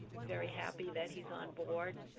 very happy that he's onboard.